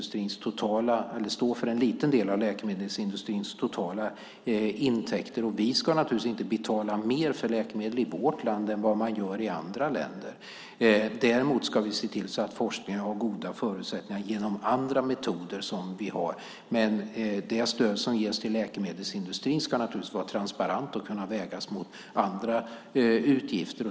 Sverige står för en liten del av läkemedelsindustrins totala intäkter. Vi ska naturligtvis inte betala mer för läkemedel i vårt land än vad man gör i andra länder. Däremot ska vi se till att forskningen har goda förutsättningar genom andra metoder. Det stöd som ges till läkemedelsindustrin ska naturligtvis vara transparent och kunna vägas mot andra utgifter.